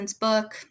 book